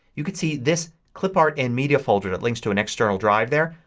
you could see this clipart and media folder that links to an external drive there,